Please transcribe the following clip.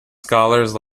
scholars